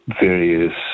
various